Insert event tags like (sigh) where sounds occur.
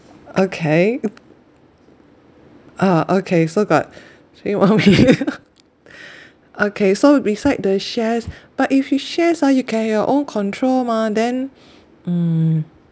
okay (noise) uh okay so got three more (laughs) minute (laughs) okay so beside the shares but if your shares ah you can have your own control mah then mm